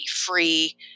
free